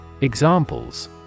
Examples